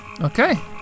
Okay